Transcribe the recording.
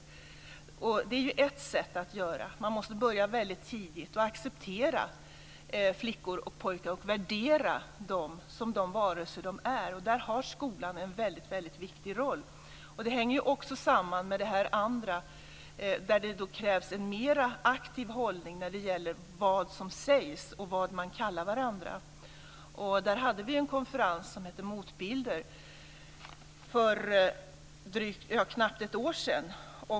Det är ju ett sätt. Och man måste börja väldigt tidigt och acceptera flickor och pojkar och värdera dem som de varelser de är. Och där har skolan en mycket viktig roll. Det hänger också samman med det andra, där det krävs en mer aktiv hållning när det gäller vad som sägs och vad man kallar varandra. Vi hade en konferens som hette Motbilder för knappt ett år sedan.